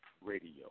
radio